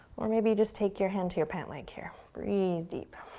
or maybe just take your hand to your pant leg here. breathe deep.